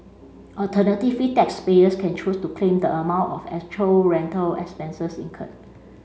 alternatively taxpayers can choose to claim the amount of actual rental expenses incurred